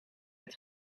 het